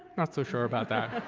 not so sure about that.